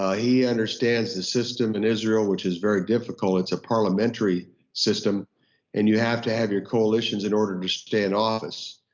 ah he underhand the system in israel which is very difficult. it's a parliamentary system and you have to have your coalitions in order to stay in office.